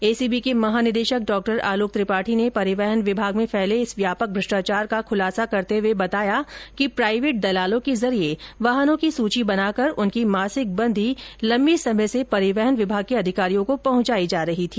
ACB के महानिदेशक डॉ आलोक त्रिपाठी ने परिवहन विभाग में फैले इस व्यापक भ्रष्टाचार का खुलासा करते हुए बताया कि प्राईवेट दलालों के जरिये वाहनों की सुची बनाकर उनकी मासिक बंधी लम्बे समय से परिवहन विभाग के अधिकारियों को पहुंचाई जा रही थी